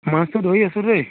মাছটো ধৰি আছোঁ দেই